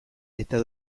eta